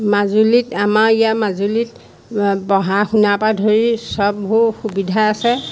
মাজুলীত আমাৰ ইয়াৰ মাজুলীত আ পঢ়া শুনাৰ পৰা ধৰি সববোৰ সুবিধা আছে